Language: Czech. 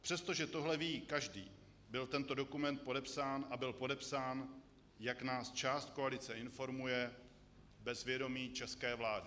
Přestože tohle ví každý, byl tento dokument podepsán, a byl podepsán, jak nás část koalice informuje, bez vědomí české vlády.